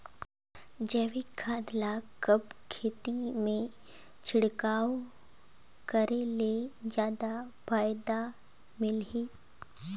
जैविक खाद ल कब खेत मे छिड़काव करे ले जादा फायदा मिलही?